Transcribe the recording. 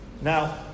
Now